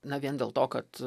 na vien dėl to kad